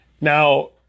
Now